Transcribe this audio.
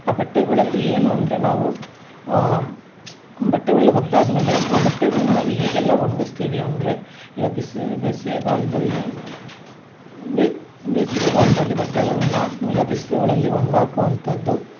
ಆ ಬಟ್ಟೆಗಳಲ್ಲಿ ಏನು ಅಂದರೆ ನಾವು ಬಟ್ಟೆಗಳ್ನ ಒಗ್ದು ಆದಮೇಲೆ ಆ ಬಟ್ಟೆಗಳ್ನ ನಾವು ಹೇಗೆಲ್ಲ ಒಣ್ಗಸ್ತೀವಿ ಅಂದರೆ ಈಗ ಬೇಸಿಗೆಗಾಲ್ದಲ್ಲಿ ಬೇಸಿಗೆಗಾಲದಲ್ಲಿ ಬಟ್ಟೆಗಳನ್ನ ಈಗ ಬಿಸಿಲುಗಳಲ್ಲಿ ಒಣ್ಗಿ ಹಾಕುವಂತದ್ದು